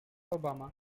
obama